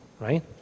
right